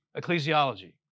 ecclesiology